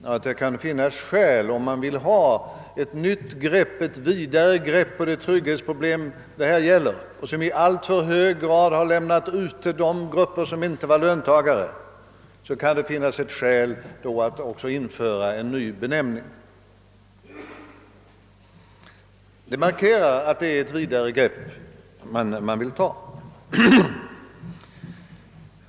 Det kan finnas skäl att införa-en ny benämning, om man vill ha ett nytt och vidare grepp på det trygghetsprobleim som :det här gäller. De grupper som inte är löntagare har i alltför hög grad lämnats utanför. En ny benämning skulle markera att det är ett vidare grepp man vill:ta.